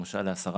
למשל 10%,